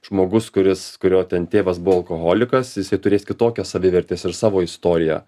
žmogus kuris kurio ten tėvas buvo alkoholikas jisai turės kitokią savivertės ir savo istoriją